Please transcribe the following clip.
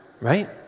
right